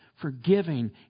forgiving